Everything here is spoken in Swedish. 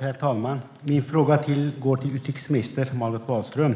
Herr talman! Min fråga går till utrikesminister Margot Wallström.